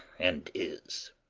and is.